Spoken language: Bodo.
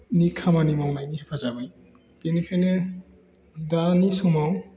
खामानि मावनायनि हेफाजाबै बेनिखायनो दानि समाव